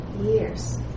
Years